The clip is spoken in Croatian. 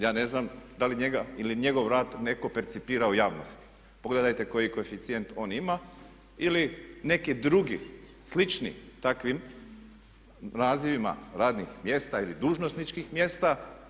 Ja ne znam da li njega ili njego rad netko percipira u javnosti, pogledajte koji koeficijent on ima ili neki drugi, slični takvim nazivima radnih mjesta ili dužnosničkih mjesta.